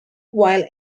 while